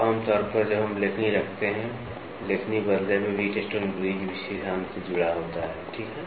तो आम तौर पर हम एक लेखनी रखते हैं लेखनी बदले में व्हीटस्टोन ब्रिज सिद्धांत से जुड़ा होता है ठीक है